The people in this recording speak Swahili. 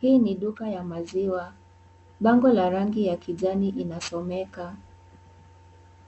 Hii ni duka ya maziwa. Bango la rangi ya kijani inasomeka.